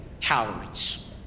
cowards